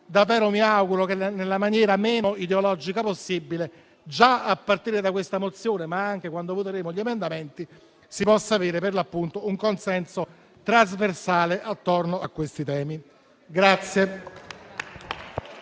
Mi auguro che, nella maniera meno ideologica possibile, già a partire da questa mozione ma anche quando voteremo gli emendamenti, si possa avere un consenso trasversale attorno a detti temi.